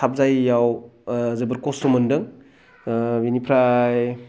थाब जायिआव ओ जोबोर खस्थ' मोन्दों ओ बिनिफ्राय